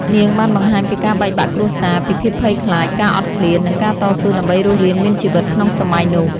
នាងបានបង្ហាញពីការបែកបាក់គ្រួសារ ពីភាពភ័យខ្លាច ការអត់ឃ្លាន និងការតស៊ូដើម្បីរស់រានមានជីវិតក្នុងសម័យនោះ។